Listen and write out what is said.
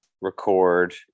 record